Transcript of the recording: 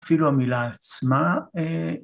אפילו המילה עצמה אההה